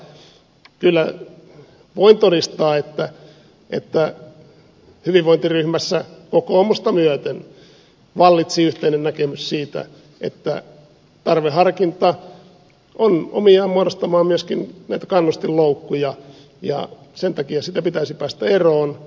kyllä voin todistaa että hyvinvointiryhmässä kokoomusta myöten vallitsi yhteinen näkemys siitä että tarveharkinta on omiaan muodostamaan myöskin näitä kannustinloukkuja ja sen takia siitä pitäisi päästä eroon